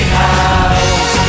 house